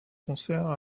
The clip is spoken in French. concert